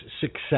success